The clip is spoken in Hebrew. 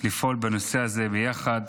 לפעול בנושא הזה ביחד